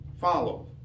follow